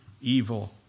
evil